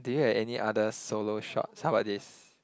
do you have any other solo shots how about this